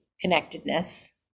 connectedness